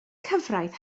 cyfraith